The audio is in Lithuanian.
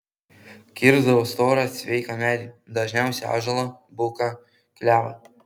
kirsdavo storą sveiką medį dažniausiai ąžuolą buką klevą